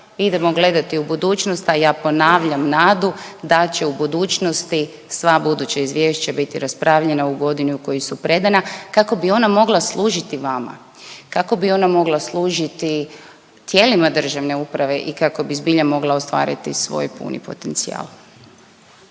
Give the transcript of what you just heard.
idemo gledati u budućnost, a ja ponavljam nadu da će u budućnosti sva buduća izvješća biti raspravljena u godini u kojoj su predana kako bi ona mogla služiti vama. Kako bi ona mogla služiti tijelima državne uprave i kako bi zbilja mogla ostvariti svoj puni potencijal.